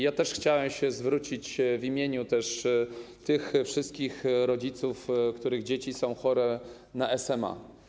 Ja też chciałem się zwrócić w imieniu wszystkich rodziców, których dzieci są chore na SMA.